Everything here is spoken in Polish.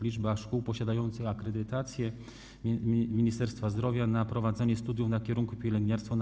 Liczba szkół posiadających akredytację Ministerstwa Zdrowia na prowadzenie studium na kierunku pielęgniarstwa na